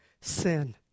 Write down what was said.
sin